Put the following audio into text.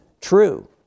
true